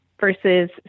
versus